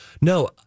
No